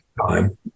time